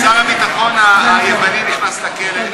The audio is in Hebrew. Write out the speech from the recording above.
שר הביטחון היווני נכנס לכלא,